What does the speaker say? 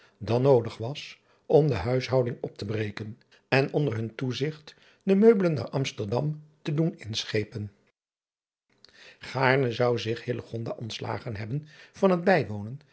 dan noodig was om de huishouding op te breken en onder hun toezigt de meubelen naar msterdam te doen inschepen aarne zou zich ontslagen hebben van het